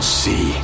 see